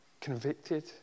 Convicted